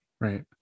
Right